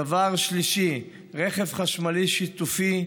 דבר שלישי: רכב חשמלי שיתופי,